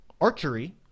archery